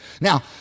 Now